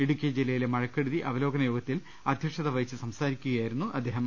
ഇടുക്കി ജില്ല യിലെ മഴക്കെടുതി അവലോകന യോഗത്തിൽ അധൃക്ഷത വഹിച്ച് സംസാരിക്കുകയായിരുന്നു അദ്ദേഹം